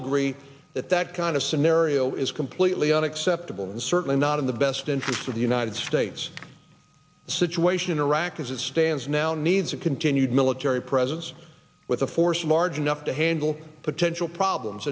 agree that that kind of scenario is completely unacceptable and certainly not in the best interest of the united states the situation in iraq as it stands now needs a continued military presence with a force large enough to handle potential problems